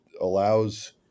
allows